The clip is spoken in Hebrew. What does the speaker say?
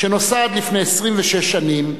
שנוסד לפני 26 שנים,